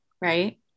right